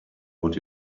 what